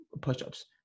push-ups